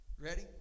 Ready